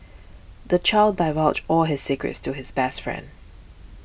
the child divulged all his secrets to his best friend